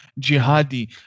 jihadi